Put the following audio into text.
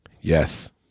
Yes